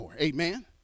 amen